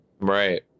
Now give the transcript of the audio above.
right